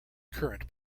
current